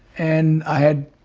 and i had.